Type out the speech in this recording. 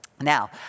Now